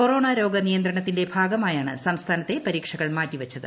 corona രോഗ നിയന്ത്രണത്തിന്റെ ഭാഗമായാണ് സംസ്ഥാനത്തെ പരിക്ഷകൾ മാറ്റിവച്ചത്